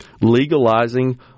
legalizing